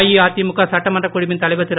அஇஅதிமுக சட்டமன்றத் குழுவின் தலைவர் திரு